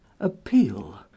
appeal